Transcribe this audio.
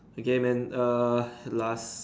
okay man err last